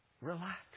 Relax